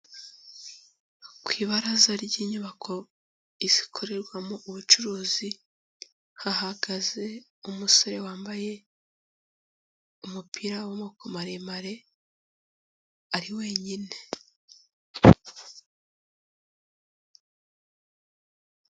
Ku ibaraza ry'inyubako zikorerwamo ubucuruzi, hahagaze umusore wambaye umupira w'amaboko maremare, ari wenyine.